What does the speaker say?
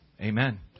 amen